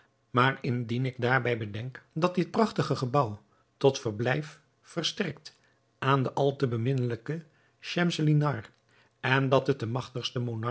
maar indien ik daarbij bedenk dat dit prachtige gebouw tot verblijf verstrekt aan de al te beminnelijke schemselnihar en dat het de